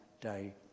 day